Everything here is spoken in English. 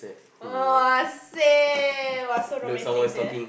!wahseh! so romantic sia